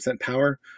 power